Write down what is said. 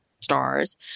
stars